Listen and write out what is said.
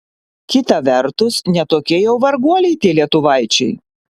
kita vertus ne tokie jau varguoliai tie lietuvaičiai